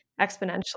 exponentially